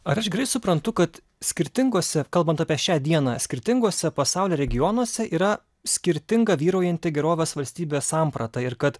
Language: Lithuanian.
ar aš gerai suprantu kad skirtinguose kalbant apie šią dieną skirtinguose pasaulio regionuose yra skirtinga vyraujanti gerovės valstybės samprata ir kad